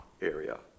area